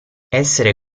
essere